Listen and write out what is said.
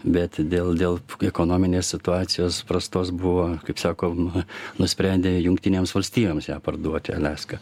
bet dėl dėl ekonominės situacijos prastos buvo kaip sakoma nusprendė jungtinėms valstijoms ją parduoti aliaską